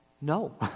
No